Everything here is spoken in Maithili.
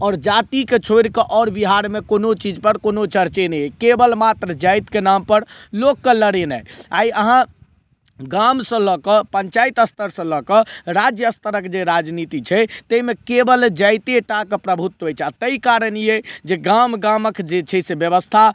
आओर जातिके छोड़िके आओर बिहारमे कोनो चीजपर कोनो चर्चे नहि अछि केवल मात्र जातिके नामपर लोकके लड़ेने आइ अहाँ गामसँ लअ कऽ पञ्चायत स्तरसँ लए कऽ राज्य स्तरक जे राजनीति छै तैमे केवल जाइते टाके प्रभुत्व अछि आओर तै कारण यऽ जे गाम गामक जे छै से व्यवस्था